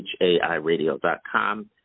hairadio.com